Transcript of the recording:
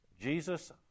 Jesus